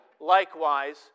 likewise